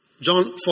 John